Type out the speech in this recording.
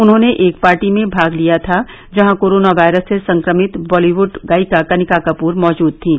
उन्होंने एक पार्टी में भाग लिया था जहां कोरोना वायरस से संक्रमित बॉलीवुड गायिका कनिका कपूर मौजूद थीं